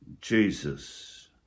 Jesus